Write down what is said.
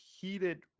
heated